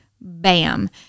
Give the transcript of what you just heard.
bam